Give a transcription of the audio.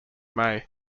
may